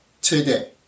today